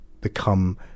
become